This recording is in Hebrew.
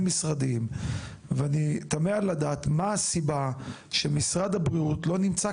משרדיים ואני תמה לדעת מה הסיבה שמשרד הבריאות לא נמצא